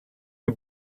the